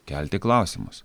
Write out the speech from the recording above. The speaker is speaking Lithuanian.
kelti klausimus